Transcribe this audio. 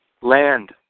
Land